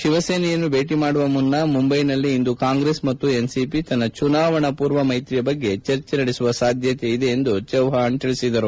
ಶಿವಸೇನೆಯನ್ನು ಭೇಟಿ ಮಾಡುವ ಮುನ್ನ ಮುಂಬೈನಲ್ಲಿ ಇಂದು ಕಾಂಗ್ರೆಸ್ ಮತ್ತು ಎನ್ಸಿಪಿ ತನ್ನ ಚುನಾವಣಾ ಪೂರ್ವ ಮೈತ್ರಿಯ ಬಗ್ಗೆ ಚರ್ಚೆ ನಡೆಸುವ ಸಾಧ್ಯತೆಯಿದೆ ಎಂದು ಚೌವ್ವಾಣ್ ಹೇಳಿದರು